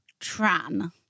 Tran